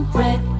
red